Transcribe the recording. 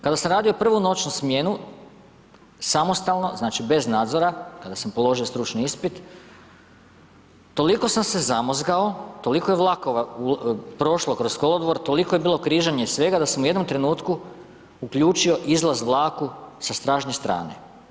Kada sam radio prvu noćnu smjenu samostalno, znači bez nadzora, kada sam položio stručni ispit, toliko sam se zamozgao, toliko je vlakova prošlo kroz kolodvor, toliko je bilo križanja i svega da sam u jednom trenutku uključio izlaz vlaku sa stražnje strane.